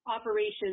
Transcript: operations